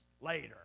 later